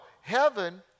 heaven